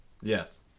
Yes